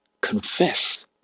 confess